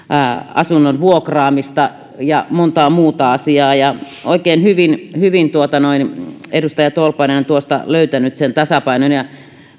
asunnon vuokraamista ja montaa muuta asiaa oikein hyvin hyvin edustaja tolppanen tuosta on löytänyt sen tasapainon